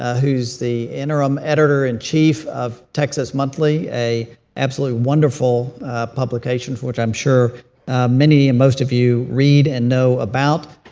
ah who is the interim editor-in-chief of texas monthly, an absolutely wonderful publication for which i'm sure many and most of you read and know about.